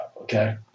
okay